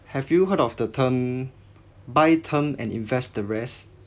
have you heard of the term buy term and invest the rest